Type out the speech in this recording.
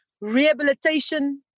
rehabilitation